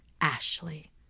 Ashley